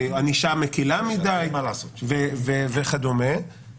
הענישה מקלה מדי וכדומה --- יש הרבה מה לעשות.